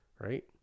right